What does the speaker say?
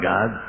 God